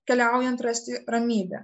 keliaujant rasti ramybę